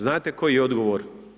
Znate koji je odgovor?